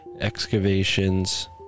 excavations